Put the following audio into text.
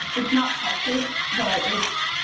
it's not texas, but its.